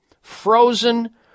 frozen